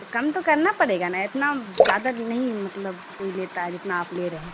کم تو کرنا پڑے گا نا اتنا زیادہ نہیں مطلب کوئی لیتا ہے جتنا آپ لے رہے ہیں